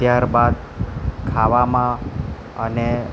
ત્યારબાદ ખાવામાં અને